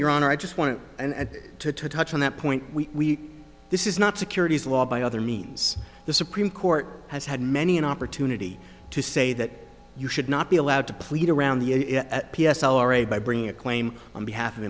your honor i just want to touch on that point we this is not securities law by other means the supreme court has had many an opportunity to say that you should not be allowed to plead around the p s l already by bringing a claim on behalf of